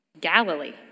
Galilee